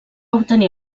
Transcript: obtenir